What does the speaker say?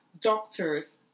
doctors